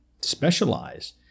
specialize